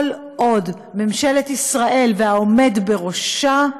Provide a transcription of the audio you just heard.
כל עוד ממשלת ישראל והעומד בראשה,